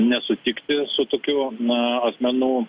nesutikti su tokiu na asmenų